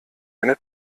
eine